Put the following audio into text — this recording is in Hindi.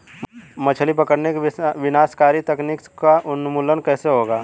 मछली पकड़ने की विनाशकारी तकनीक का उन्मूलन कैसे होगा?